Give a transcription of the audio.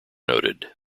noted